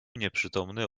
nieprzytomny